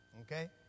okay